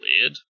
weird